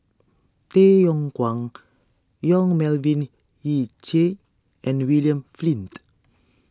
Tay Yong Kwang Yong Melvin Yik Chye and William Flint